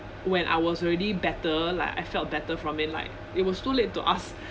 when I was already better like I felt better from it like it was too late to ask